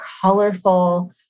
colorful